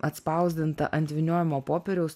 atspausdinta ant vyniojamo popieriaus